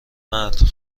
مرد